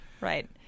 Right